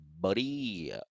buddy